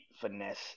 finesse